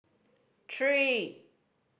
three